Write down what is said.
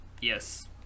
Yes